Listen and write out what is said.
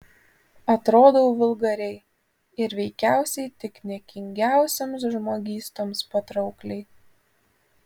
atrodau vulgariai ir veikiausiai tik niekingiausioms žmogystoms patraukliai